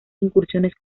incursiones